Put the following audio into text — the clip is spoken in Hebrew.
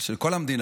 של כל המדינה,